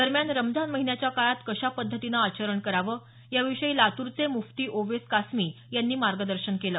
दरम्यान रमजान महिन्याच्या काळात कशा पद्धतीने आचरण करावं याविषयी लातूरचे मुफ्ती ओवेस कास्मी यांनी मार्गदर्शन केलं